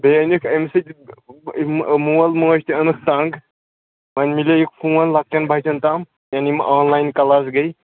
بیٚیہِ أنِکھ اَمہِ سۭتۍ مول موج تہِ اوٚنُکھ تَنٛگ وۄنۍ مِلییِکھ فون لۄکٹٮ۪ن بَچَن تام یَنہٕ یِم آن لایِن کَلاس گٔے